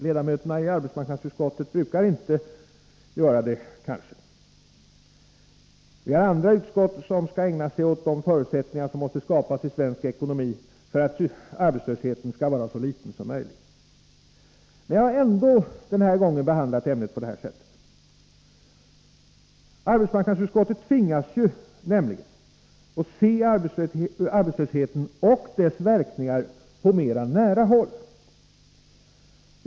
Ledamöterna i arbetsmarknadsutskottet brukar inte göra det. Vi har andra utskott som skall ägna sig åt de förutsättningar som måste skapas i svensk ekonomi för att arbetslösheten skall vara så liten som möjligt. Men jag har ändå den här gången behandlat ämnet så här. Arbetsmarknadsutskottet tvingas se arbetslösheten och dess verkningar på mera nära håll.